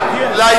ממשיך במסע הצבעה